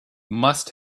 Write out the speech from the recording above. must